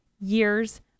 years